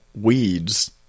weeds